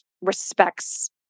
respects